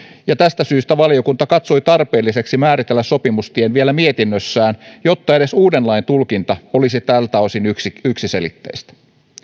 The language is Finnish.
ja tästä syystä valiokunta katsoi tarpeelliseksi määritellä sopimustien vielä mietinnössään jotta edes uuden lain tulkinta olisi tältä osin yksiselitteistä